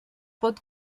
pot